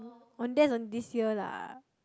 Pontian don't this year lah